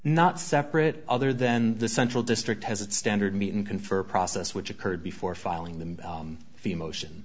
not separate other then the central district has a standard meeting confer process which occurred before filing the fee motion